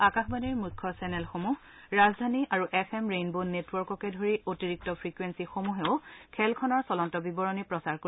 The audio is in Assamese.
আকাশবাণীৰ মুখ্য চেনেলসমূহ ৰাজধানী আৰু এফ এম ৰেইনব নেটৱৰ্ককে ধৰি অতিৰিক্ত ফ্ৰিকুৱেলিসমূহেও খেলখনৰ চলন্ত বিৱৰণী প্ৰচাৰ কৰিব